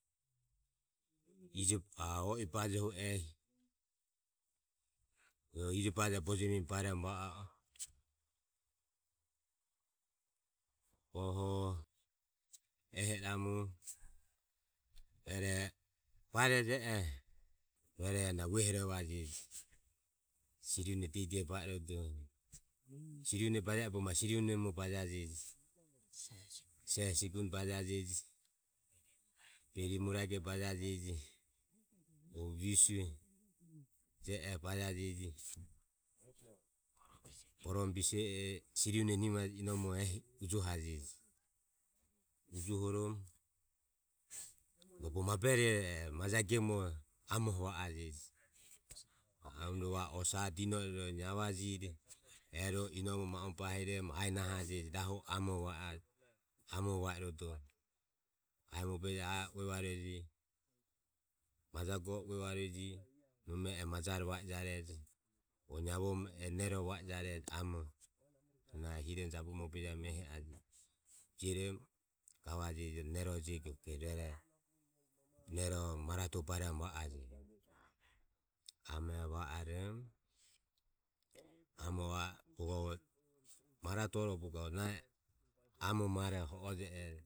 Ijo a o i bajoho ehi ro ijobajoho bojami iramu bareje oho rueroho na vuehorovaje siri une diehi diehi ba irodoho siri une baje oho bogo ma siri unemuoho bajajeji, seho sigusne bajajeji. beri muraege bajajeji. visue je oho bajajeji, borome bise e siri unehu nimaje eho ujohajeji. Ujohoromo bogo maberoho e majae gemoroho amoho va arueje ma u emu va rue osae dino e naevajire e ro inomoho ma u emu bahiromo ae nahajeji rahu amoho va a e. Amoro va irodoho ehi ae mobejeoho uevarueje maje goho uevarueje e majare va ejarejo naevoromo hujeji nero va ejarejo na hiromo jabume mobejevoromo jio romo gavaje nero jego rueroho maratuoho baeromo amero va oromo amore va o maratu oroho bogo va o arue nahi amo maroho ho o je e je.